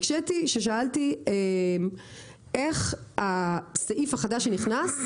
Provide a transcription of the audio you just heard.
אני רק הקשיתי כששאלתי איך הסעיף החדש שנכנס,